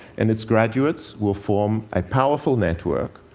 and its graduates will form a powerful network,